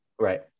right